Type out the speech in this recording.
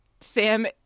Sam